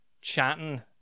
chatting